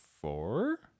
four